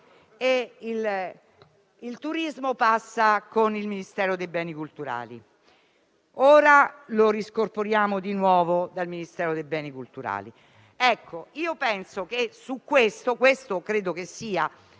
del turismo è stata ceduta al Ministero dei beni culturali. Ora lo scorporiamo di nuovo dal Ministero dei beni culturali.